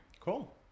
cool